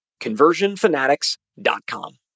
conversionfanatics.com